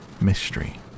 mystery